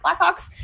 Blackhawks